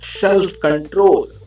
self-control